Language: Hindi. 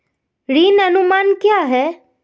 ऋण अनुमान क्या है?